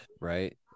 right